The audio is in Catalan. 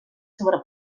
sobre